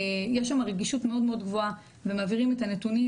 יש שם רגישות מאוד מאוד גבוהה ומעבירים את הנתונים